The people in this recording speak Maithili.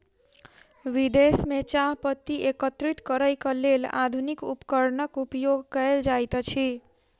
विदेश में चाह पत्ती एकत्रित करैक लेल आधुनिक उपकरणक उपयोग कयल जाइत अछि